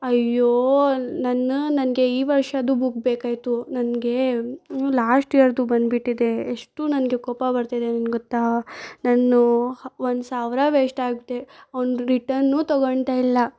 ಅಯ್ಯೋ ನನ್ನ ನನಗೆ ಈ ವರ್ಷದ್ದು ಬುಕ್ ಬೇಕಾಯಿತು ನನಗೆ ಲಾಸ್ಟ್ ಇಯರ್ದು ಬಂದುಬಿಟ್ಟಿದೆ ಎಷ್ಟು ನನಗೆ ಕೋಪ ಬರ್ತಿದೆ ಗೊತ್ತಾ ನಾನು ಒಂದು ಸಾವಿರ ವೇಸ್ಟ್ ಆಗಿದೆ ಅವ್ನು ರಿಟನ್ನೂ ತೊಗೊಳ್ತಾ ಇಲ್ಲ